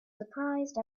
surprised